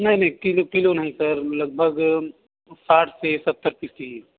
नहीं नहीं किलो नहीं सर लगभग साठ से सत्तर पीस चाहिए